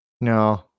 no